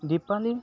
Deepawali